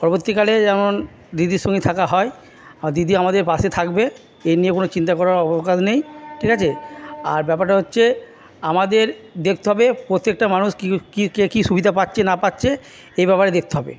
পরবর্তীকালে যেমন দিদির সঙ্গেই থাকা হয় আর দিদি আমাদের পাশে থাকবে এই নিয়ে কোনো চিন্তা করার অবকাশ নেই ঠিক আছে আর ব্যাপারটা হচ্ছে আমাদের দেখতে হবে প্রত্যেকটা মানুষ কী কে কী সুবিধা পাচ্ছে না পাচ্ছে এই ব্যাপারে দেখতে হবে